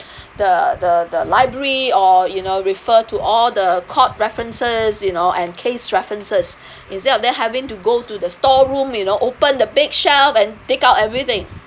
the the the library or you know refer to all the court references you know and case references instead of them having to go to the store room you know open the big shelf and take out everything